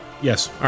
Yes